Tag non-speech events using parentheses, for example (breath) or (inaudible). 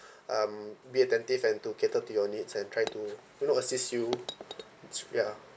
(breath) um be attentive and to cater to your needs and try to you know assists you it's ya